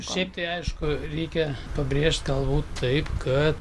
šiaip tai aišku reikia pabrėžt galbūt tai kad